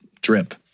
drip